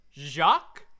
Jacques